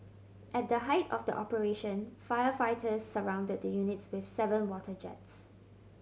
at the height of the operation firefighters surrounded the units with seven water jets